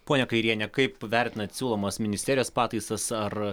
ponia kairiene kaip vertinate siūlomas ministerijos pataisas ar